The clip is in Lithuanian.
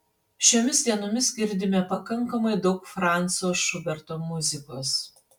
šiomis dienomis girdime pakankamai daug franco šuberto muzikos